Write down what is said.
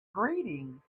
greetings